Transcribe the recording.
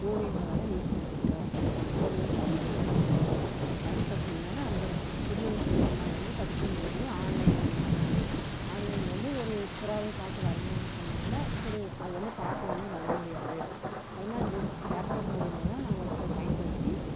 ஓவியங்களை வரைய யூஸ் பண்ணிக்கிட்டோம் அது வந்து நாங்கள் பயன்படுத்திக்கிறதுனால அந்த புதிய உத்திகள் நாங்கள் வந்து கற்றுக்கினது வந்து ஆன்லைன் மூலயிமா தான் ஆன்லைனில் வந்து ஒரு புறாவை பார்த்து வரையணுன்னு சொன்னால்கூட சரி அது வந்து பார்த்த உடனே வரைய முடியாது அப்புறமா இது லேப்டாப் மூலியமா தான் நாங்கள் வெச்சு அதை பயன்படுத்தி